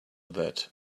that